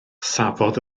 safodd